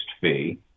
fee